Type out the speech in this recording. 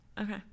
Okay